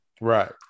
right